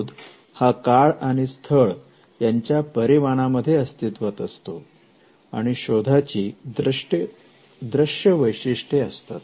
शोध हा काळ आणि स्थळ यांच्या परिमाण मध्ये अस्तित्वात असतो आणि शोधाची दृष्य वैशिष्ट्य असतात